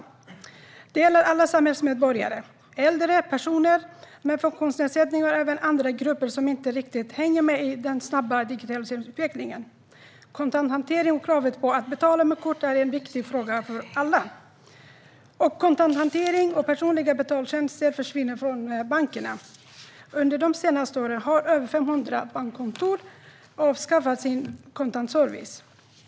Detta gäller alla samhällsmedborgare, såsom äldre och personer med funktionsnedsättning men även andra grupper som inte riktigt hänger med i den snabba digitaliseringsutvecklingen. Kontanthantering och kravet på att betala med kort är en viktig fråga för alla. Kontanthantering och personliga betaltjänster försvinner från bankerna. Under de senaste åren har över 500 bankkontor avskaffat sin kontantservice.